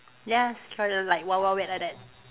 yes trying like wild wild wet like that